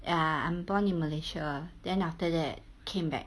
ya I'm born in malaysia then after that came back